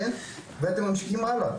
ואתם ממשיכים הלאה,